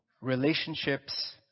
relationships